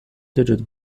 digit